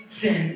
sin